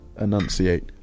enunciate